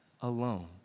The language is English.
alone